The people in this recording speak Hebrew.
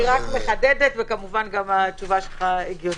אני רק מחדדת, וכמובן התשובה שלך הגיונית.